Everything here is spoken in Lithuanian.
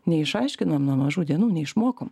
neišaiškinam nuo mažų dienų neišmokom